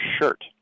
shirt